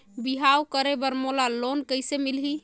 बिहाव करे बर मोला लोन कइसे मिलही?